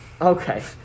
okay